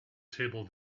table